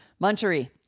munchery